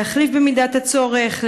להחליף במידת הצורך,